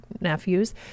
nephews